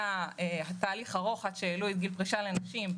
היה תהליך ארוך עד שהעלו את גיל הפרישה לנשים.